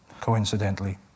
coincidentally